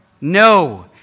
No